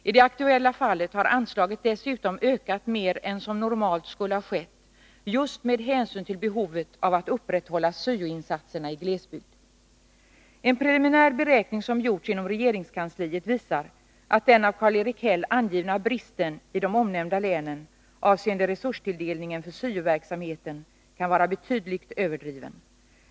I det aktuella fallet har anslaget dessutom ökat mer än som normalt skulle ha skett just med hänsyn till behovet av att upprätthålla syo-insatserna i glesbygd. En preliminär beräkning som gjorts inom regeringskansliet visar att den av Karl-Erik Häll angivna ”bristen” i de omnämnda länen avseende resurstilldelningen för syo-verksamheten kan vara betydligt överdriven.